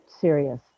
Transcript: serious